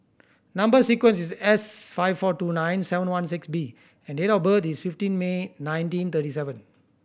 number sequence is S five four two nine seven one six B and date of birth is fifteen May nineteen thirty seven